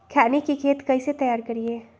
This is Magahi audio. खैनी के खेत कइसे तैयार करिए?